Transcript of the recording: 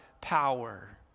power